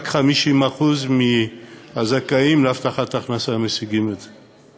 רק 50% מהזכאים להבטחת הכנסה משיגים את זה.